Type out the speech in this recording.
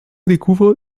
découvre